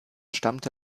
stammte